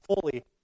fully